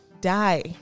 die